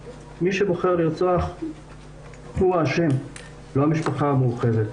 מי שבוחר לרצוח הוא האשם ולא המשפחה המורחבת.